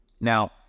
Now